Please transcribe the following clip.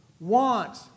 want